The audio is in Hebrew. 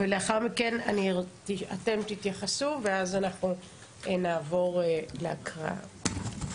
לאחר מכן אתם תתייחסו ואז אנחנו נעבור להקראה.